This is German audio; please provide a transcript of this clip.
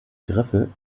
griffel